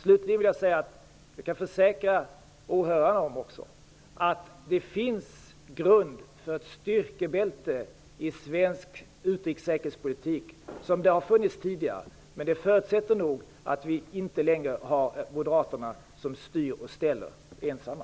Slutligen vill jag säga att jag kan försäkra även åhörarna om att det finns grund för ett styrkebälte i svensk utrikes och säkerhetspolitik, som det har funnits tidigare. Men det förutsätter att moderaterna inte längre styr och ställer ensamma.